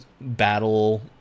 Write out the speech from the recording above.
battle